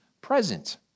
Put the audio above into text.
present